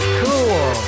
cool